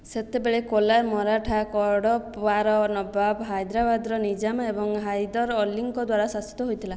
ସେତେବେଳେ କୋଲାର ମରାଠା କଡ଼ପାର ନବାବ ହାଇଦ୍ରାବାଦ୍ର ନିଜାମ ଏବଂ ହାଇଦର ଅଲିଙ୍କ ଦ୍ୱାରା ଶାସିତ ହୋଇଥିଲା